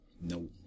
no